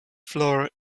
floor